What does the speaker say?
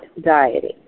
dieting